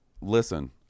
listen